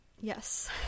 Yes